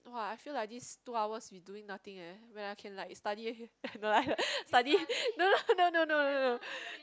!wah! I feel like this two hours we doing nothing eh when I can like study no lah study no no no no no no